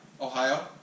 Ohio